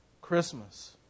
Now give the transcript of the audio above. Christmas